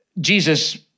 Jesus